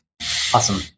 Awesome